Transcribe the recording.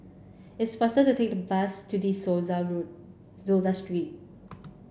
it's faster to take the bus to De Souza Road Souza Street